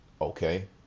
Okay